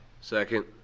Second